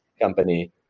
company